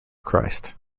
christ